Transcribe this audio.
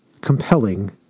compelling